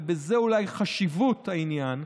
ובזה אולי חשיבות העניין,